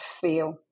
feel